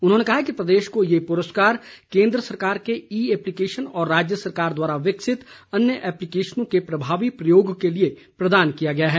उन्होंने कहा कि प्रदेश को ये पुरस्कार केन्द्र सरकार के ई एप्लीकेशन और राज्य सरकार द्वारा विकसित अन्य एप्लीकेशनों के प्रभावी प्रयोग के लिए प्रदान किया गया है